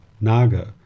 Naga